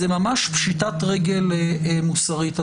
זאת ממש פשיטת רגל מוסרית.